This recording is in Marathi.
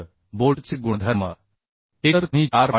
तर बोल्टचे गुणधर्म एकतर तुम्ही 4